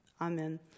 Amen